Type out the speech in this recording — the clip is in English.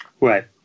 Right